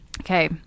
Okay